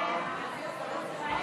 ההצעה